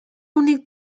únic